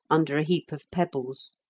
under a heap of pebbles.